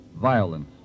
violence